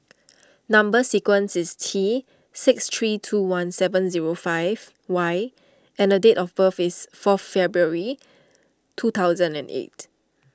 Number Sequence is T six three two one seven zero five Y and the date of birth is fourth February two thousand and eight